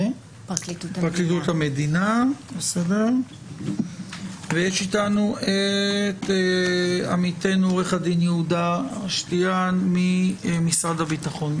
נמצא איתנו עמיתנו עו"ד יהודה רשתיאן ממשרד הביטחון,